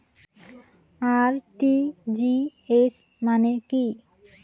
RTGS মানে কি?